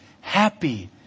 Happy